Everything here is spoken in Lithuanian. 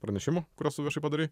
pranešimų kuriuos tu viešai padarai